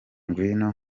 ngwino